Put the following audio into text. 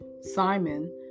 Simon